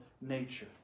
nature